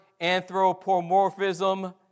anthropomorphism